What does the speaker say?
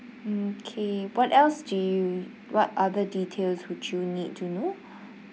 mm okay what else do you what other details would you need to know